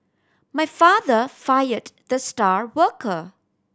my father fired the star worker